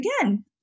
again